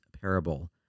parable